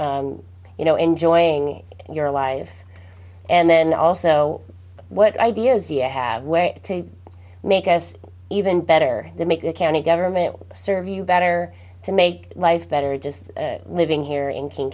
or you know enjoying your life and then also what ideas you have way to make us even better to make the county government serve you better to make life better just living here in king